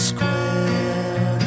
Square